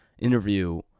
interview